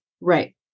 Right